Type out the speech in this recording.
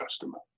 customer